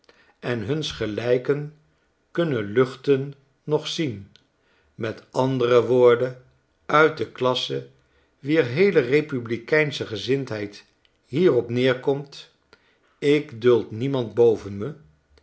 kunnen velenenhuns gelijken kunnen luchten noch zien met andere woorden uit de klasse wier heele republikeinsche gezindheid hierop neerkomt ik duldniemand